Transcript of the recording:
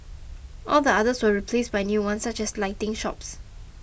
all the others were replaced by new ones such as lighting shops